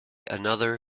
another